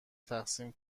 تقسیم